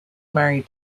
married